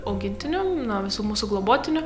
augintinių nuo visų mūsų globotinių